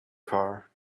car